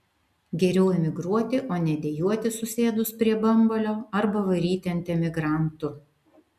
geriau emigruoti o ne dejuoti susėdus prie bambalio arba varyti ant emigrantų